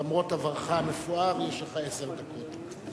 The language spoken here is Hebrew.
למרות עברך המפואר, יש לך עשר דקות.